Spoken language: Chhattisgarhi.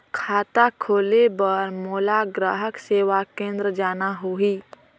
खाता खोले बार मोला ग्राहक सेवा केंद्र जाना होही?